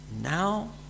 now